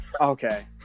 Okay